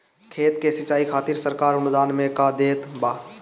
खेत के सिचाई खातिर सरकार अनुदान में का देत बा?